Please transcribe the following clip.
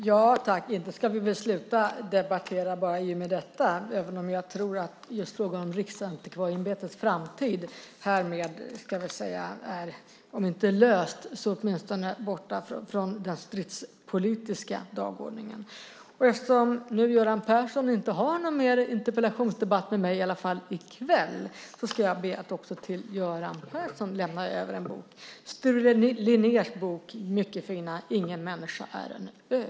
Herr talman! Inte ska vi sluta debattera bara i och med detta, även om jag tror att just frågan om Riksantikvarieämbetets framtid härmed är om inte löst så i alla fall borta från den stridspolitiska dagordningen. Eftersom Göran Persson inte har någon mer interpellationsdebatt med mig, i alla fall inte i kväll, ska jag be att få lämna över en bok också till honom. Det är Sture Linnérs mycket fina bok Ingen människa är en ö .